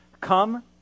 Come